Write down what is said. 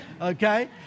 okay